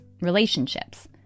relationships